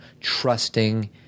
trusting